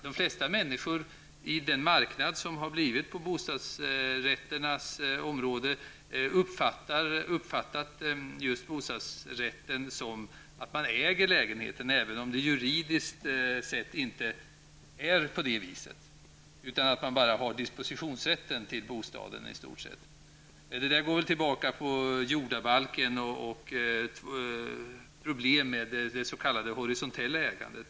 De flesta människor har, genom den marknad som har uppstått på bostadsrättens område, uppfattat bostadsrätten som att man äger lägenheten, även om det juridiskt sett inte är på det viset. Man har bara dispositionsrätten till bostaden. Detta går väl tillbaka på jordabalken och problemen med de s.k. horisontella ägandet.